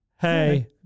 Hey